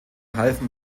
halfen